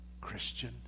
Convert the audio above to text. Christian